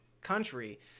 country